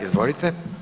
Izvolite.